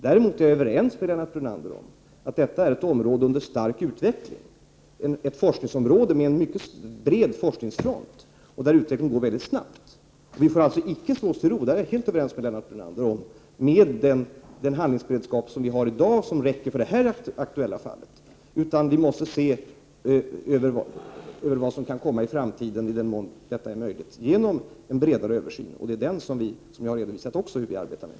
Däremot är jag överens med Lennart Brunander om att detta är ett område under stark utveckling, ett forskningsområde med en mycket bred forskningsfront, där utvecklingen går mycket snabbt. Jag är helt överens med Lennart Brunander om att vi alltså icke får slå oss till ro med den handlingsberedskap vi har i dag, som räcker för det aktuella fallet, utan att vi måste se över vad som kan komma i framtiden, i den mån detta är möjligt genom en bredare översyn. Den översynen har jag redovisat att vi arbetar med.